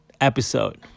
episode